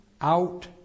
out